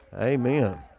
Amen